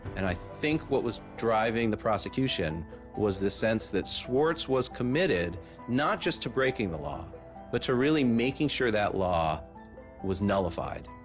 and i think what was driving the prosecution was the sense that swartz was committed not just to breaking the law but really making sure that law was nullified.